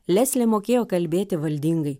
leslė mokėjo kalbėti valdingai